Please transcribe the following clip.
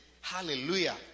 Hallelujah